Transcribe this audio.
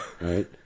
right